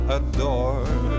adore